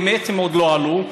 הם בעצם עוד לא עלו,